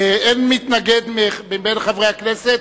אין מתנגד מבין חברי הכנסת,